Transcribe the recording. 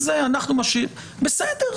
בסדר.